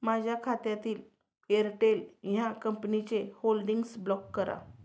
माझ्या खात्यातील एअरटेल ह्या कंपनीचे होल्डिंग्स ब्लॉक करा